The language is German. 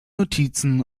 notizen